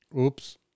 Oops